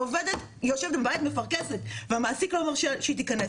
העובדת יושבת בבית מפרכסת והמעסיק לא מרשה שהיא תכנס.